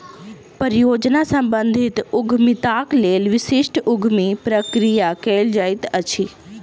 परियोजना सम्बंधित उद्यमिताक लेल विशिष्ट उद्यमी प्रक्रिया कयल जाइत अछि